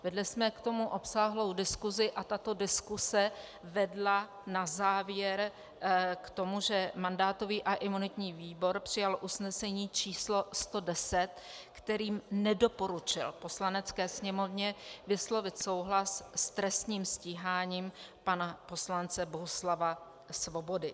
Vedli jsme k tomu obsáhlou diskusi a tato diskuse vedla na závěr k tomu, že mandátový a imunitní výbor přijal usnesení číslo 110, kterým nedoporučil Poslanecké sněmovně vyslovit souhlas s trestním stíháním pana poslance Bohuslava Svobody.